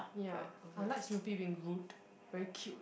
ya I like Snoopy being rude very cute